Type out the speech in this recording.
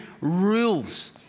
rules